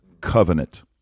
covenant